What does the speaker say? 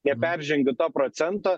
neperžengiu to procento